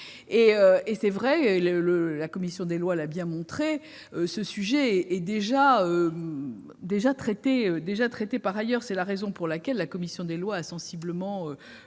». C'est exact, la commission des lois l'a démontré : ce sujet est déjà traité par ailleurs. C'est la raison pour laquelle la commission a sensiblement